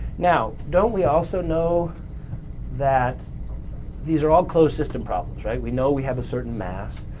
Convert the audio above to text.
now, don't we also know that these are all closed system problems, right? we know we have a certain mass,